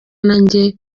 nanjye